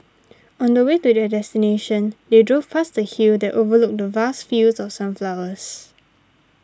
on the way to their destination they drove past a hill that overlooked vast fields of sunflowers